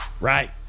right